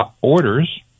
orders